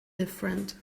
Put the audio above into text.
different